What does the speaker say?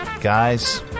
Guys